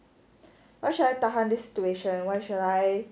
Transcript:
why should I tahan this situation why should I